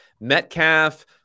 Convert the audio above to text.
Metcalf